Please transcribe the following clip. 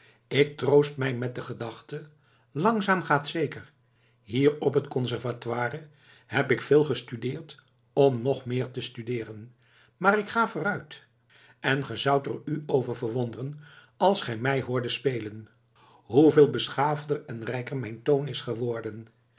ik troost mij met de gedachte langzaam gaat zeker hier op t conservatoire heb ik veel gestudeerd om nog meer te studeeren maar ik ga vooruit en ge zoudt er u over verwonderen als gij mij hoordet spelen hoeveel beschaafder en rijker mijn toon is geworden